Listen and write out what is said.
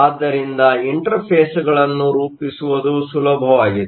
ಆದ್ದರಿಂದ ಇಂಟರ್ಫೇಸ್ಗಳನ್ನು ರೂಪಿಸುವುದು ಸುಲಭವಾಗಿದೆ